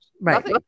Right